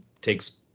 takes